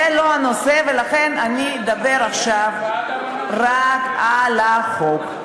ולכן אני אדבר עכשיו רק על החוק.